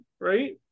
right